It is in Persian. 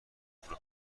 خونه